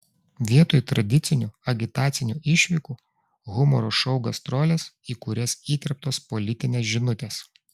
vietoj tradicinių agitacinių išvykų humoro šou gastrolės į kurias įterptos politinės žinutės